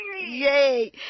Yay